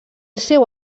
seu